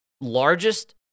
largest